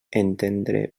entendre